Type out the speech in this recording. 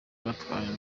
batwara